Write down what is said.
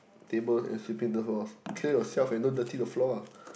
tables and sweeping the floor clear yourself and don't dirty the floor ah